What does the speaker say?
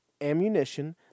ammunition